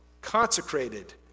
consecrated